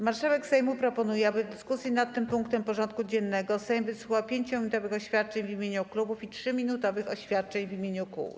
Marszałek Sejmu proponuje, aby w dyskusji nad tym punktem porządku dziennego Sejm wysłuchał 5-minutowych oświadczeń w imieniu klubów i 3-minutowych oświadczeń w imieniu kół.